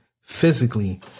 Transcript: Physically